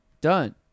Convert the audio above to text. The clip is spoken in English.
Done